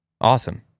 awesome